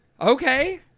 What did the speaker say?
okay